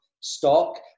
stock